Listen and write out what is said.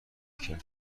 کرد